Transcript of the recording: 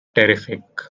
terrific